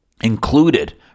included